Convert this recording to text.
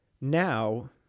Now